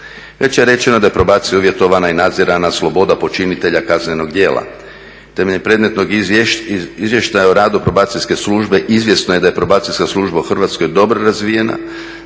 Već je rečeno da je probacija uvjetovana i nadzirana sloboda počinitelja kaznenog djela. Temeljem predmetnog izvještaja o radu Probacijske službe izvjesno je da je Probacijska služba u Hrvatskoj dobro razvijena,